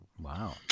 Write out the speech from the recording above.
wow